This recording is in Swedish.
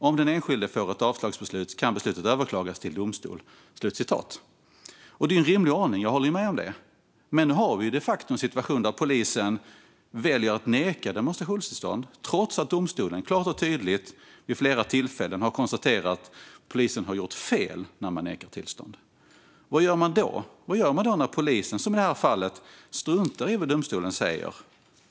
Om den enskilde får ett avslagsbeslut kan det överklagas till domstol." Detta är en rimlig ordning; jag håller med om det. Men nu har vi de facto en situation där polisen väljer att neka demonstrationstillstånd trots att domstolar klart och tydligt vid flera tillfällen har konstaterat att polisen har gjort fel när man nekat tillstånd. Vad gör man då? Vad gör man när polisen, som i det här fallet, struntar i vad en domstol säger?